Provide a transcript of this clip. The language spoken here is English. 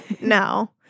No